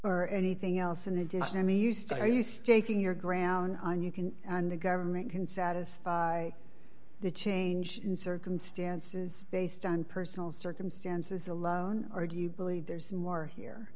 or anything else in addition to me used are you staking your ground on you can and the government can satisfy the change in circumstances based on personal circumstances alone or do you believe there's more here